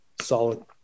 Solid